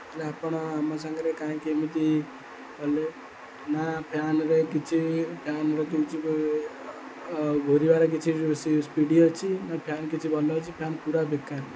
ହେଲେ ଆପଣ ଆମ ସାଙ୍ଗରେ କାହିଁକି ଏମିତି କଲେ ନା ଫ୍ୟାନ୍ରେ କିଛି ଫ୍ୟାନ୍ର କିଛି ଘୋରିବାର କିଛି ସ୍ପିଡ଼ ଅଛି ନା ଫ୍ୟାନ୍ କିଛି ଭଲ ଅଛି ଫ୍ୟାନ୍ ପୁରା ବେକାର